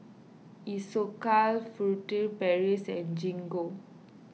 Isocal Furtere Paris and Gingko